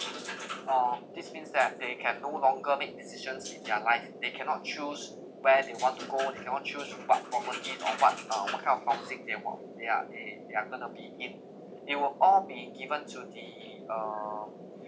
um this means that they can no longer make decisions in their life they cannot choose where they want to go they cannot choose in what property or what uh what kind of housing they want they are they they are going to be in they were all be given to the uh